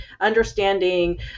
Understanding